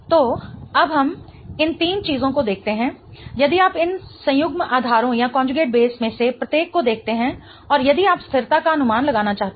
तो अब हम इन तीन चीजों को देखते हैं यदि आप इन संयुग्मित आधारों में से प्रत्येक को देखते हैं और यदि आप स्थिरता का अनुमान लगाना चाहते हैं